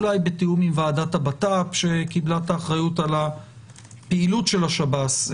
אולי בתיאום עם ועדת הבט"פ שקיבלה את האחריות על הפעילות של השב"ס,